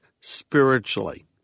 spiritually